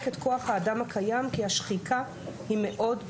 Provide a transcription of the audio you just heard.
את כוח האדם הקיים כי השחיקה היא מאוד גבוהה.